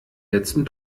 letzten